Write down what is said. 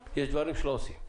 אבל יש דברים שלא עושים.